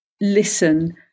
listen